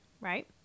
right